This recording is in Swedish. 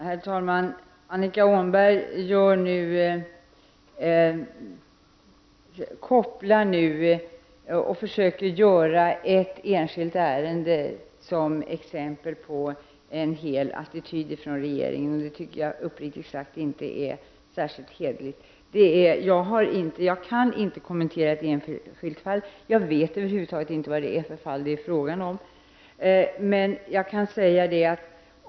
Herr talman! Annika Åhnberg talar om ett enskilt ärende och försöker framställa det som exempel på regeringens attityd. Uppriktigt sagt tycker jag inte att det är särskilt hederligt att göra så. Jag kan inte kommentera ett enskilt fall. Över huvud taget vet jag inte vilket fall det är fråga om.